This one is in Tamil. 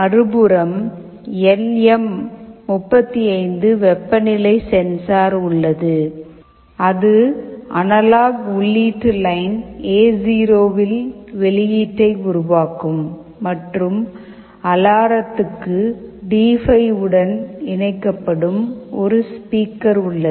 மறுபுறம் எல் எம் 35 வெப்பநிலை சென்சார் உள்ளது அது அனலாக் உள்ளீட்டு லைன் எ0 இல் வெளியீட்டை உருவாக்கும் மற்றும் அலாரத்துக்கு டி5 உடன் இணைக்கப்பட்ட ஒரு ஸ்பீக்கர் உள்ளது